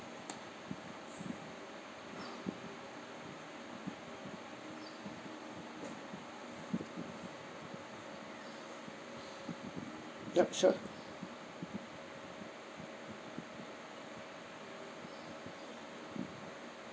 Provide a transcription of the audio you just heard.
yup sure